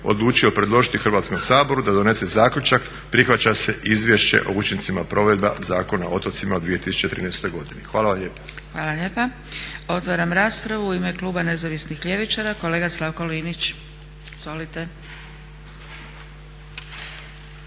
odlučio predložiti Hrvatskom saboru da donese zaključak prihvaća se Izvješće o učincima provedbe Zakona o otocima u 2013.godini. Hvala vam lijepo. **Zgrebec, Dragica (SDP)** Hvala lijepa. Otvaram raspravu. U ime Kluba nezavisnih ljevičara, kolega Slavko Linić. Izvolite.